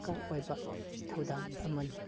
ꯗꯔꯀꯥꯔ ꯑꯣꯏꯕ ꯊꯧꯗꯥꯡ ꯑꯃꯅꯤ